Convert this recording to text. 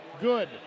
good